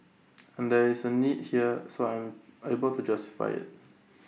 and there is A need here so I'm able to justify IT